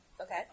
Okay